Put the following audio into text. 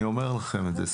אני אומר לכם את זה.